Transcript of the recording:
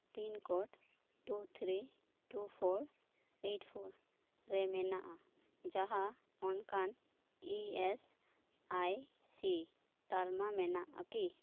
pincode two three two four eight four ᱨᱮ ᱢᱮᱱᱟᱜᱼᱟ ᱡᱟᱦᱟᱸ ᱚᱱᱠᱟᱱ ᱤ ᱮᱥ ᱟᱭ ᱥᱤ ᱛᱟᱞᱢᱟ ᱢᱮᱱᱟᱜᱼᱟ ᱠᱤ